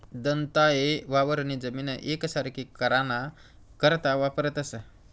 दंताये वावरनी जमीन येकसारखी कराना करता वापरतंस